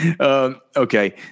Okay